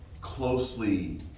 closely